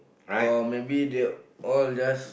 or maybe they all just